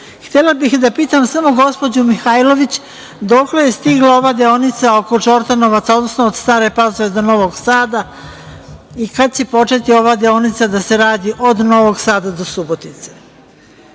samo da pitam gospođu Mihajlović dokle je stigla ova deonica oko Čortanovaca, odnosno od Stare Pazove do Novog Sada i kad će početi ova deonica da se radi od Novog Sada do Subotice? Htela